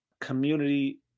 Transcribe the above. community